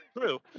true